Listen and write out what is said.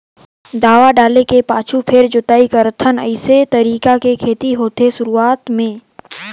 दवा डाले के पाछू फेर जोताई करथन अइसे तरीका के खेती होथे शुरूआत में